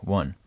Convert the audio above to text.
one